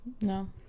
no